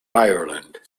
ireland